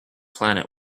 planet